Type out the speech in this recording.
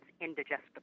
indigestible